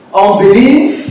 unbelief